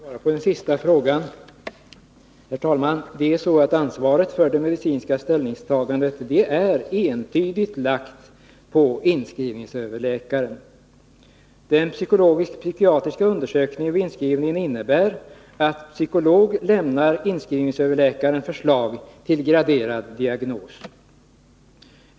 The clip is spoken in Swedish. Herr talman! Jag vill svara på den sista frågan. Det är så, att ansvaret för det medicinska ställningstagandet är entydigt lagt på inskrivningsöverläkaren. Den psykologisk-psykiatriska undersökningen vid inskrivningarna innebär att psykolog lämnar inskrivningsöverläkaren förslag till graderad diagnos.